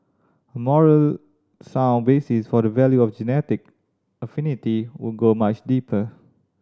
a moral sound basis for the value of genetic affinity would go much deeper